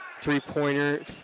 three-pointer